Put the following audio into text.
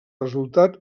resultat